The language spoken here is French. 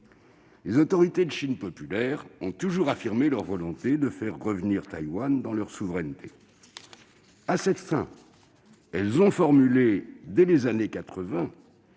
Les autorités de la Chine populaire ont toujours affirmé leur volonté de faire revenir Taïwan dans leur souveraineté. À cette fin, elles ont formulé dès les années 1980